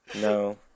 No